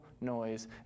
noise